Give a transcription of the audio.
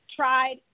tried